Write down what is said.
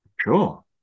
Sure